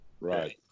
Right